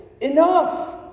Enough